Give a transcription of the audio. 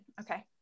Okay